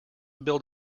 build